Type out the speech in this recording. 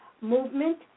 movement